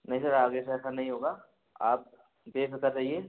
नहीं सर आगे से ऐसा नई होगा आप बेफिक्र रहिए